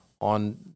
on